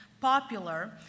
popular